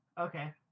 Okay